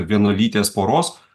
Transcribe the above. vienalytės poros